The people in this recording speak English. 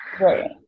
right